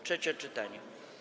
Trzecie czytanie.